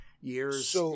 years